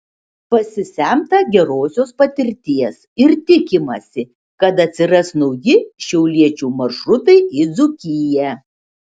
pasisemta gerosios patirties ir tikimasi kad atsiras nauji šiauliečių maršrutai į dzūkiją